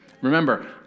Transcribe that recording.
Remember